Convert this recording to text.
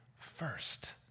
first